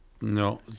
No